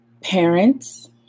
Parents